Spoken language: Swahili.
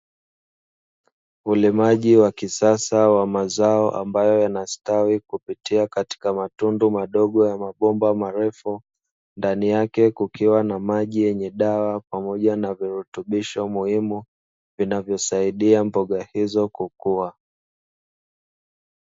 Ulimaji wa kisasa wa mazao ambayo yanastawi kupitia katika matundu madogo ya mabomba marefu, ndani yake kukiwa na maji yenye dawa pamoja na virutubisho muhimu vinavyosaidia mboga hizo kukua.